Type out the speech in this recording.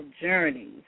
journeys